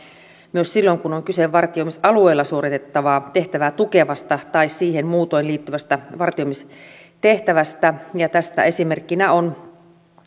myös silloin kun on kyse vartioimisalueella suoritettavaa tehtävää tukevasta tai siihen muutoin liittyvästä vartioimistehtävästä tästä esimerkkinä on